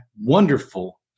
wonderful